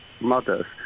mothers